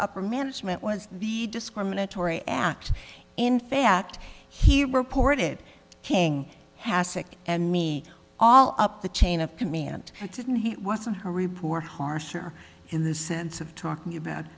upper management was a discriminatory act in fact he reported king hassidic and me all up the chain of command didn't he was in her report harsher in the sense of talking about